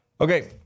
okay